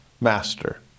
master